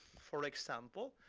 for example,